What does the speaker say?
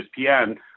ESPN